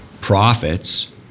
profits